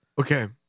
Okay